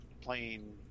playing